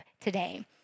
today